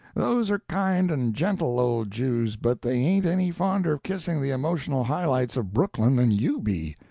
those are kind and gentle old jews, but they ain't any fonder of kissing the emotional highlights of brooklyn than you be.